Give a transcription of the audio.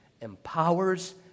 empowers